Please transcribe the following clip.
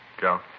Joe